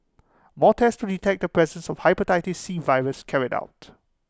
more tests to detect the presence of Hepatitis C virus carried out